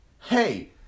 Hey